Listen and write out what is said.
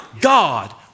God